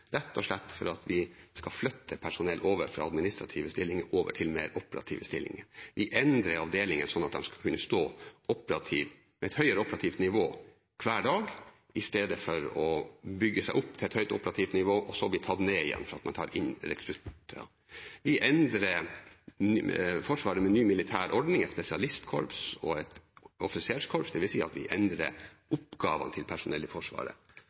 rett og slett fordi vi skal flytte personell fra administrative stillinger over til mer operative stillinger. Vi endrer avdelinger slik at de skal kunne stå på et høyere operativt nivå hver dag, istedenfor å bygge seg opp til et høyt operativt nivå og så bli tatt ned igjen fordi man tar inn rekrutter. Vi endrer Forsvaret med ny militær ordning, et spesialistkorps og et offiserskorps, dvs. at vi endrer oppgavene til personell i Forsvaret,